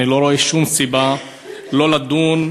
אני לא רואה שום סיבה שלא לדון,